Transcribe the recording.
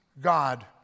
God